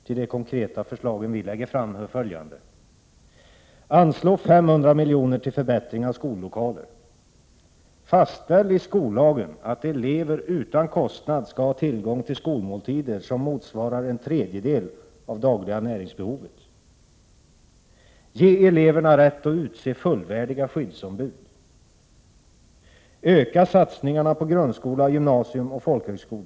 Till de konkreta förslag vi lägger fram hör följande: — Fastställ i skollagen att elever utan kostnad skall ha tillgång till skolmåltider som motsvarar en tredjedel av det dagliga näringsbehovet. —= Ge eleverna rätt att utse fullvärdiga skyddsombud.